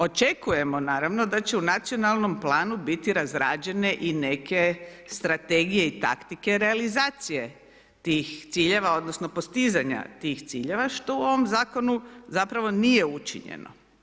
Očekujemo, naravno, da će u Nacionalnom planu biti razrađene i neke strategije i taktike realizacije tih ciljeva odnosno postizanja tih ciljeva, što u ovom Zakonu, zapravo, nije učinjeno.